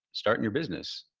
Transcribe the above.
starting your business